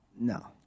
No